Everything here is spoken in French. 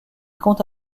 compte